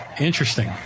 Interesting